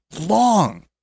long